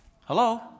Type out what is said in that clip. Hello